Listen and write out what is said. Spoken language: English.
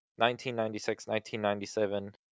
1996-1997